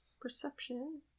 Perception